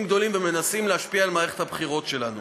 גדולים ומנסים להשפיע על מערכת הבחירות שלנו.